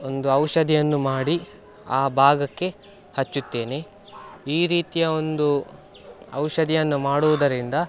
ಒಂದು ಔಷಧಿಯನ್ನು ಮಾಡಿ ಆ ಭಾಗಕ್ಕೆ ಹಚ್ಚುತ್ತೇನೆ ಈ ರೀತಿಯ ಒಂದು ಔಷಧಿಯನ್ನು ಮಾಡುವುದರಿಂದ